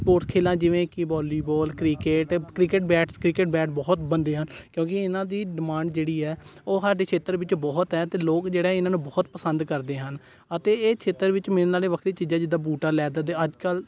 sports ਖੇਲਾਂ ਜਿਵੇਂ ਕਿ volleyball cricket cricket bats cricket bat ਬਹੁਤ ਬਣਦੇ ਹਨ ਕਿਉਂਕਿ ਇਹਨਾਂ ਦੀ ਡਿਮਾਂਡ ਜਿਹੜੀ ਹੈ ਉਹ ਸਾਡੇ ਖੇਤਰ ਵਿੱਚ ਬਹੁਤ ਹੈ ਅਤੇ ਲੋਕ ਜਿਹੜਾ ਇਹਨਾਂ ਨੂੰ ਬਹੁਤ ਪਸੰਦ ਕਰਦੇ ਹਨ ਅਤੇ ਇਹ ਖੇਤਰ ਵਿੱਚ ਮਿਲਣ ਵਾਲੇ ਵੱਖਰੀ ਚੀਜ਼ਾਂ ਜਿੱਦਾਂ ਬੂਟ ਆ ਲੈਦਰ ਦੇ ਅੱਜ ਕੱਲ੍ਹ